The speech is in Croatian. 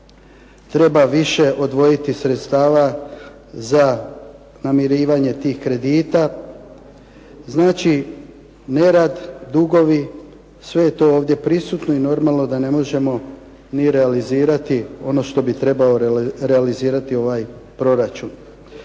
treba više odvojiti sredstava za namirivanje tih kredita. Znači nerad, dugovi, sve je to ovdje prisutno i normalno da ne možemo ni realizirati ono što bi trebao realizirati ovaj proračun,